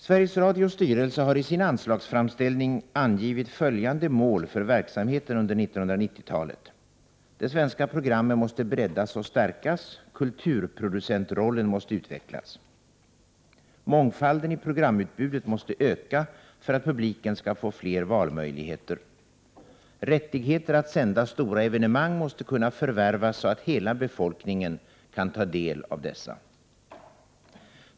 Sveriges Radios styrelse har i sin anslagsframställning angivit följande mål för verksamheten under 1990-talet: — De svenska programmen måste breddas och stärkas. Kulturproducentrollen måste utvecklas. — Mångfalden i programutbudet måste öka för att publiken skall få fler valmöjligheter. — Rättigheter att sända stora evenemang måste kunna förvärvas så att hela befolkningen kan ta del av dessa.